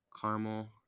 caramel